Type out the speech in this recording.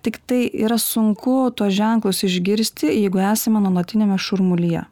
tik tai yra sunku tuos ženklus išgirsti jeigu esame nuolatiniame šurmulyje